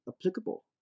applicable